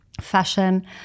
fashion